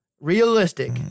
Realistic